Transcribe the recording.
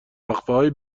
وقفههای